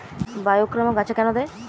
বায়োগ্রামা গাছে কেন দেয়?